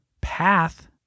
path